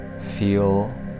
Feel